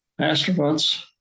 astronauts